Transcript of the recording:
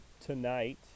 Tonight